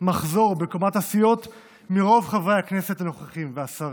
מחזור בקומת הסיעות מרוב חברי הכנסת הנוכחית והשרים.